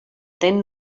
then